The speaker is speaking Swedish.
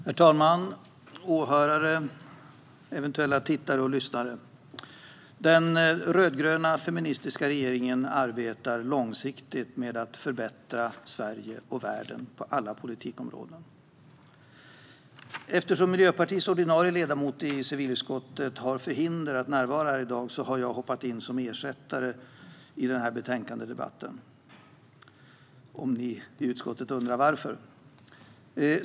Herr talman, åhörare och eventuella tittare och lyssnare! Den rödgröna feministiska regeringen arbetar långsiktigt med att förbättra Sverige och världen på alla politikområden. Eftersom Miljöpartiets ordinarie ledamot i civilutskottet är förhindrad att närvara här i dag har jag hoppat in som ersättare i betänkandedebatten, om ni i utskottet undrar.